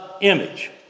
image